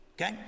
Okay